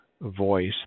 voice